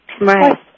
Right